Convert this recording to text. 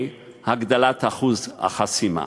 בהגדלת אחוז החסימה.